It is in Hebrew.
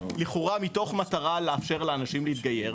לכאורה מתוך מטרה לאפשר לאנשים להתגייר,